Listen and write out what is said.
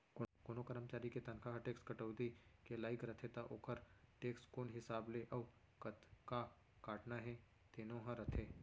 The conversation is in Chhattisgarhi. कोनों करमचारी के तनखा ह टेक्स कटौती के लाइक रथे त ओकर टेक्स कोन हिसाब ले अउ कतका काटना हे तेनो ह रथे